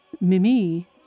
Mimi